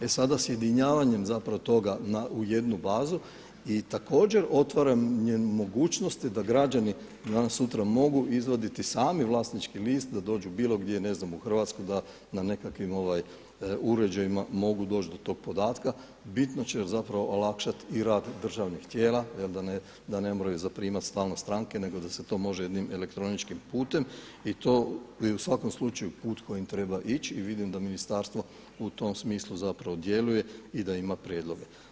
E sada sjedinjavanjem toga u jednu bazu i također otvaranje mogućnosti da građani danas sutra mogu izvaditi sami vlasnički list da dođu bilo gdje u Hrvatsku da nekakvim uređajima mogu doći do tog podatka, bitno će olakšati i rad državnih tijela da ne moraju zaprimati stalno stranke, nego da se to može jednim elektroničkim putem i to je u svakom slučaju put kojim treba ići i vidim da ministarstvo u tom smislu zapravo djeluje i da ima prijedloge.